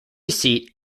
seat